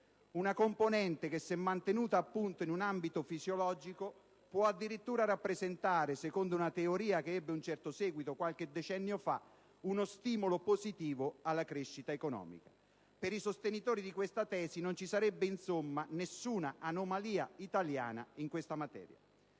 una componente che, se mantenuta in un ambito fisiologico, può addirittura rappresentare, secondo una teoria che ebbe un certo seguito qualche decennio fa, uno stimolo positivo alla crescita economica. Per i sostenitori di questa tesi non ci sarebbe, insomma, nessuna anomalia italiana in questa materia.